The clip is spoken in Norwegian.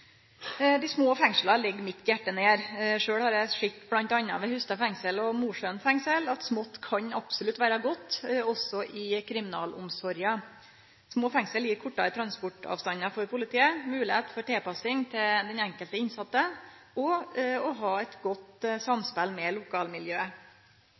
Dei små fengsla ligg mitt hjarte nær. Sjølv har eg sett bl.a. ved Hustad fengsel og Mosjøen fengsel at smått absolutt kan vere godt, også i kriminalomsorga. Små fengsel gir kortare transportavstandar for politiet, moglegheit for tilpassing til den enkelte innsette og eit godt